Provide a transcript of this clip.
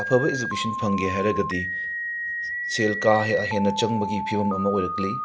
ꯑꯐꯕ ꯑꯦꯖꯨꯀꯦꯁꯟ ꯐꯪꯒꯦ ꯍꯥꯏꯔꯒꯗꯤ ꯁꯦꯜ ꯀꯥ ꯍꯦ ꯍꯦꯟꯅ ꯆꯪꯕꯒꯤ ꯐꯤꯕꯝ ꯑꯃ ꯑꯣꯏꯔꯛꯂꯤ